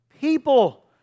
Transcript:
people